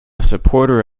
supporter